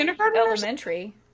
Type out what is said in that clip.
elementary